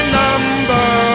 number